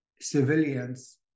civilians